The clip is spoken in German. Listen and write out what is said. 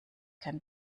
kein